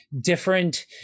different